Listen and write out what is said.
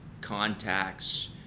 contacts